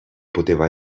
poteva